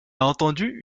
entendu